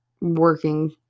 working